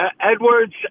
Edwards